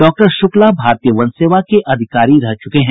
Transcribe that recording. doctor Shukla भारतीय वन सेवा के अधिकारी रह चुके हैं